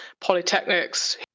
polytechnics